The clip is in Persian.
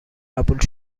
قبول